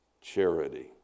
charity